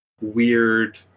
weird